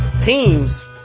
teams